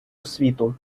освіту